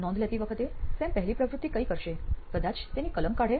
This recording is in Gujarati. નોંધ લેતી વખતે સેમ પહેલી પ્રવૃત્તિ કઈ કરશે કદાચ તેની કલમ કાઢે